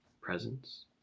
presence